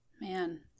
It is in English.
Man